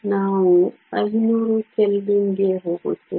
ನಾವು 500 ಕೆಲ್ವಿನ್ಗೆ ಹೋಗುತ್ತೇವೆ